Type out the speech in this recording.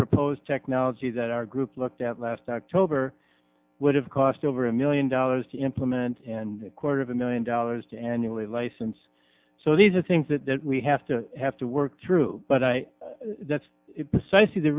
proposed technology that our group looked at last october would have cost over a million dollars to implement and a quarter of a million dollars to annually license so these are things that we have to have to work through but i that's